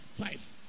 five